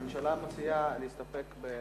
הממשלה מציעה להסתפק בדברים?